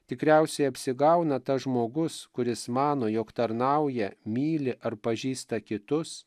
tikriausiai apsigauna tas žmogus kuris mano jog tarnauja myli ar pažįsta kitus